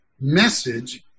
message